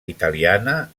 italiana